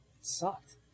sucked